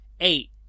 Eight